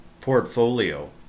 portfolio